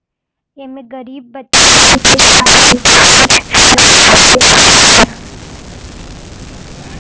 एमे गरीब बच्चा लोग के छात्रवृत्ति भी सरकार देत हवे